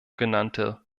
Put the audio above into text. genannte